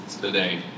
today